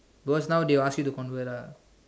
because now they will ask you to convert ah